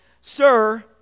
Sir